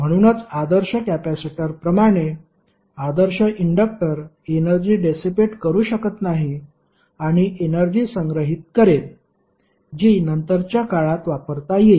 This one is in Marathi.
म्हणूनच आदर्श कॅपेसिटरप्रमाणे आदर्श इंडक्टर एनर्जी डेसीपेट करू शकत नाही आणि एनर्जी संग्रहित करेल जी नंतरच्या काळात वापरता येईल